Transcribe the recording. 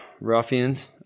ruffians